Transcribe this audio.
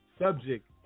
subject